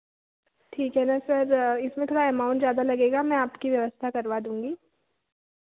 ठीक है ना सर इसमें थोड़ा अमाउंट ज़्यादा लगेगा मैं आपकी व्यवस्था करवा दूँगी